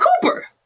Cooper